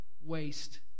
waste